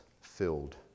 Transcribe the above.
filled